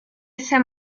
ese